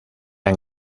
han